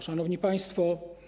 Szanowni Państwo!